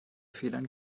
fehlern